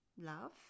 love